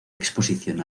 exposición